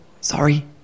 Sorry